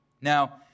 Now